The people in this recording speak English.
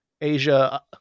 Asia